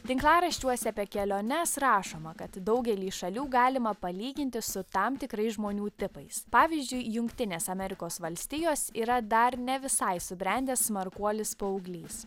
tinklaraščiuose apie keliones rašoma kad daugelį šalių galima palyginti su tam tikrais žmonių tipais pavyzdžiui jungtinės amerikos valstijos yra dar ne visai subrendęs smarkuolis paauglys